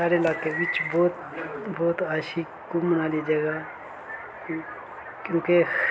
साढ़े ल्हाके बिच बहुत अच्छी घुम्मने आह्ली जगह क्योंकि